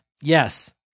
yes